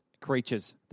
creatures